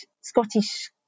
Scottish